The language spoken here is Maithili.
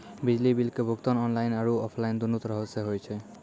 बिजली बिल के भुगतान आनलाइन आरु आफलाइन दुनू तरहो से होय छै